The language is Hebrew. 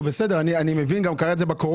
בסדר, אני מבין, זה גם קרה בקורונה.